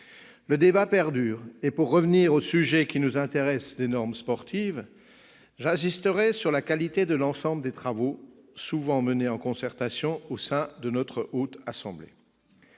Le débat perdure et, pour revenir au sujet qui nous intéresse, les normes sportives, j'insisterai sur la qualité de l'ensemble des travaux, souvent menés en concertation au sein de notre Haute Assemblée.